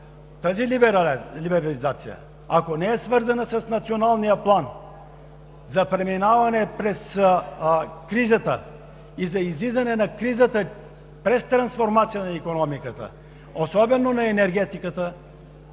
тази либерализация, ако не е свързана с националния план за преминаване през кризата и за излизане на кризата през трансформация на икономиката, особено на енергетиката